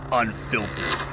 unfiltered